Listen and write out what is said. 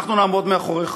אנחנו נעמוד מאחוריך.